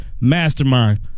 Mastermind